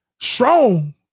Strong